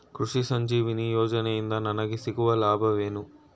ಕೃಷಿ ಸಂಜೀವಿನಿ ಯೋಜನೆಯಿಂದ ನನಗೆ ಸಿಗುವ ಲಾಭವೇನು?